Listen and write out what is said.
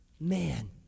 man